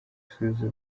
bisubizo